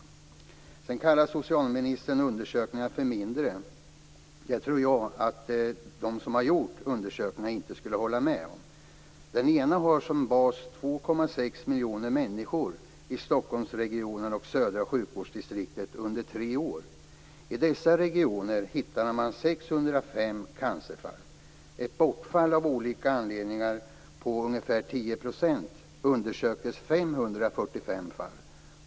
Sedan kallar socialministern undersökningarna för "mindre". Det tror jag att de som har gjort undersökningarna inte skulle hålla med om. Den ena har som bas 2,6 miljoner människor i Stockholmsregionen och Södra sjukvårdsdistriktet under tre år. I dessa regioner hittade man 605 cancerfall. Efter ett bortfall på ungefär 10 % av olika anledningar undersöktes 545 fall.